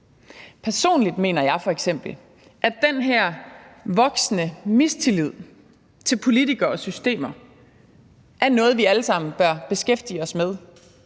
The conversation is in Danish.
Personligt mener jeg f.eks., at den her voksende mistillid til politikere og systemer er noget, vi alle sammen bør beskæftige os med.